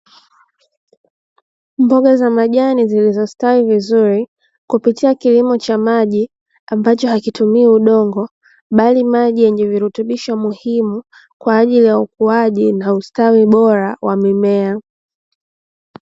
Mboga za majani zilizostawi vizuri kupitia kilimo cha maji ambacho hakitumii udongo, Bali maji yenye virutubisho muhimu kwaajili ya ukuaji na ustawi bora wa mimea.